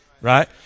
right